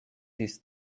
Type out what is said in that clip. this